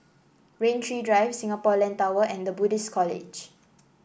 Rain Tree Drive Singapore Land Tower and The Buddhist College